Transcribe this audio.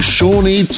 Shawnee